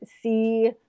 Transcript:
see